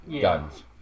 Guns